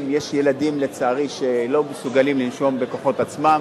יש ילדים, לצערי, שלא מסוגלים לנשום בכוחות עצמם,